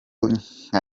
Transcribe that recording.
nka